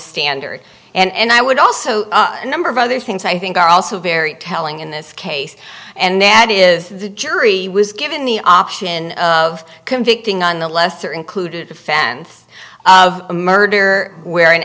standard and i would also a number of other things i think are also very telling in this case and that is the jury was given the option of convicting on the lesser included offense of a murder w